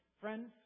Friends